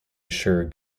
assure